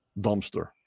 dumpster